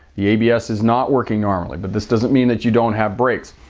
the abs is not working normally. but this doesn't mean that you don't have brakes.